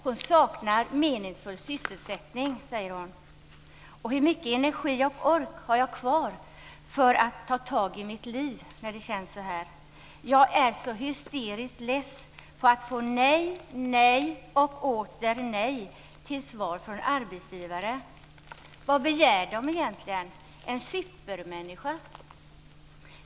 Hon saknar meningsfull sysselsättning, säger hon, och skriver: Hur mycket energi och ork har jag kvar för att ta tag i mitt liv när det känns så här? Jag är så hysteriskt less på att få nej, nej och åter nej till svar från arbetsgivare. Vad begär de egentligen, en supermänniska?